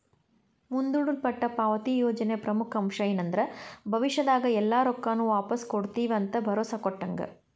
ಮುಂದೂಡಲ್ಪಟ್ಟ ಪಾವತಿ ಯೋಜನೆಯ ಪ್ರಮುಖ ಅಂಶ ಏನಂದ್ರ ಭವಿಷ್ಯದಾಗ ಎಲ್ಲಾ ರೊಕ್ಕಾನು ವಾಪಾಸ್ ಕೊಡ್ತಿವಂತ ಭರೋಸಾ ಕೊಟ್ಟಂಗ